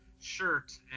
shirt